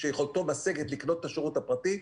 שיכולתו משגת לקנות את השרות הפרטי.